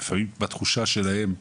לפעמים בתחושה שלהם,